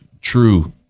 true